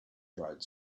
dried